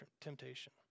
temptation